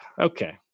Okay